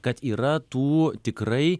kad yra tų tikrai